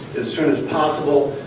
as soon as possible.